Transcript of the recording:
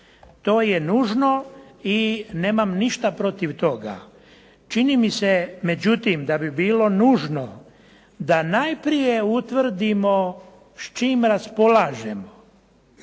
To je nužno i nemam ništa protiv toga. Čini mi se, međutim, da bi bilo nužno da najprije utvrdimo s čim raspolažemo,